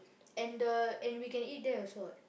and the and we can eat there also what